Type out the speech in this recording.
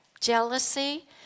jealousy